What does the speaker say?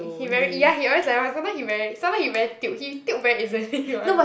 he very ya he always like that one sometime he very sometime he very tilt he tilt very easily one